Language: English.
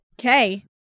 Okay